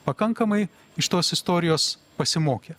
pakankamai iš tos istorijos pasimokę